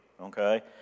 okay